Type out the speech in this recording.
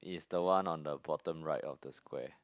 it's the one on the bottom right of the square